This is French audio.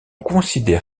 considère